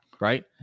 Right